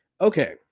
Okay